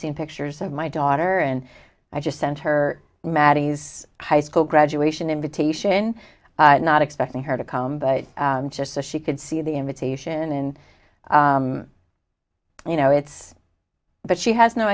seen pictures of my daughter and i just sent her maddie's high school graduation invitation not expecting her to come but just so she could see the invitation and you know it's but she has no